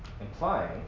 Implying